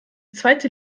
zweite